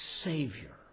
Savior